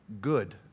good